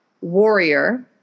warrior